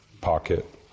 pocket